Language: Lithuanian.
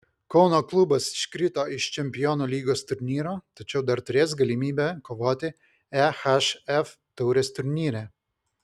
kauno klubas iškrito iš čempionų lygos turnyro tačiau dar turės galimybę kovoti ehf taurės turnyre